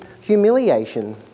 humiliation